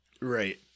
Right